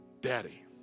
Daddy